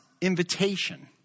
invitation